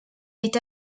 est